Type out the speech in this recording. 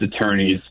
attorneys